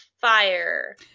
fire